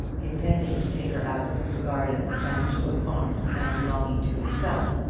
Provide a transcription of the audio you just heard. intending to take her out through the gardens down to a farm, now belonging to himself,